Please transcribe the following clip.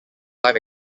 live